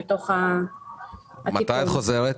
תודה.